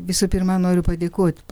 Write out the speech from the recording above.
visų pirma noriu padėkot